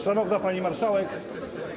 Szanowna Pani Marszałek!